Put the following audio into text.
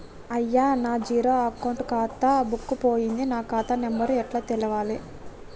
అయ్యా నా zero account ఖాతా బుక్కు పోయింది నా ఖాతా నెంబరు ఎట్ల తెలవాలే?